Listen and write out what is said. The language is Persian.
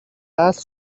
است